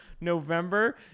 November